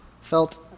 felt